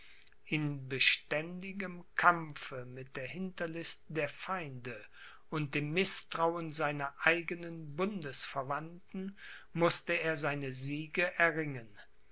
in beständigem kampfe mit der hinterlist der feinde und dem mißtrauen seiner eigenen bundesverwandten mußte er seine siege erringen